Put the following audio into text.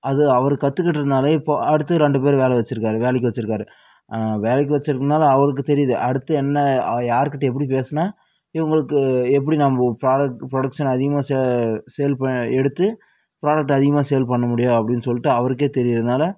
அது அவர் கற்றுக்கிட்டதுனால இப்போ அடுத்து ரெண்டு பேர் வேலை வச்சுருக்காரு வேலைக்கு வச்சுருக்காரு வேலைக்கு வச்சுருந்தாலும் அவருக்கு தெரியுது அடுத்து என்ன யாருக்கிட்ட எப்படி பேசுனா இவங்களுக்கு எப்படி நாம்ப ப்ராடக்ட் ப்ரொடக்ஷன் அதிகமாக சே சேல் ப எடுத்து ப்ராடக்ட்டு அதிகமாக சேல் பண்ண முடியும் அப்படின்னு சொல்லிட்டு அவருக்கே தெரியிறனால